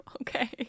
okay